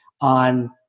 on